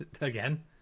Again